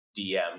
DM